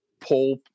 pull